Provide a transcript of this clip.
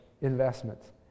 investments